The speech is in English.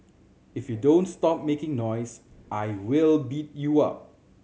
if you don't stop making noise I will beat you up